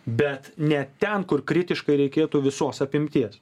bet ne ten kur kritiškai reikėtų visos apimties